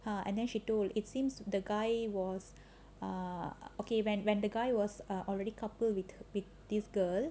and then she told it seems the guy was err okay when when the guy was alr~ already coupled with this girl